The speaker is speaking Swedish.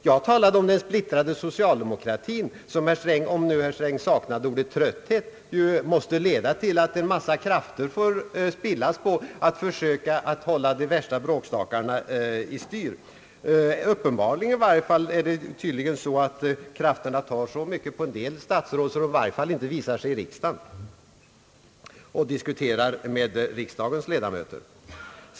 Jag talade om den splittrade socialdemokratin som, om herr Sträng saknade ordet trötthet, måste leda till att mycket krafter får spillas på att försöka hålla de värsta bråkstakarna i styr. Uppenbarligen tar det så mycket på krafterna på en del statsråd, att de i varje fall inte visar sig i riksdagen och diskuterar med dess ledamöter.